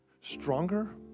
stronger